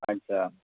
আচ্ছা